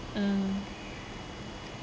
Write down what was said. mm